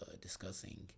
discussing